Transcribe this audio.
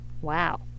wow